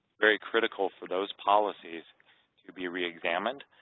very critical for those policies to be reexamined